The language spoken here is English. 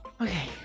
Okay